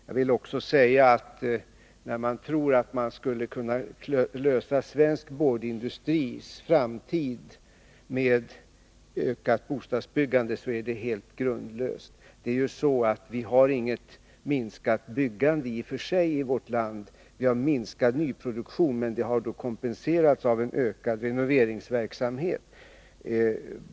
När man sedan påstår att man tror att den svenska boardindustrins framtid skulle kunna lösas med ett ökat bostadsbyggande vill jag säga att det påståendet är helt grundlöst. Vi har inget minskat byggande i vårt land — vi har en minskad nyproduktion, men den har kompenserats av ökad renoveringsverksamhet.